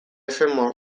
efe